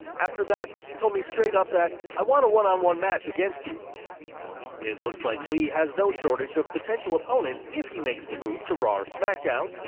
after that he told me straight-up that i want a one on-one match against you it looks like lee has no shortage of potential opponents if he makes the move to raw or smackdown,